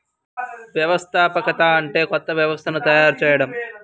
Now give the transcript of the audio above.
వ్యవస్థాపకత అంటే కొత్త వ్యవస్థను తయారు చేయడం